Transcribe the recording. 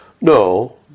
No